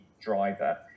driver